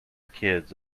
kids